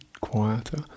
quieter